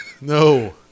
No